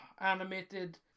Animated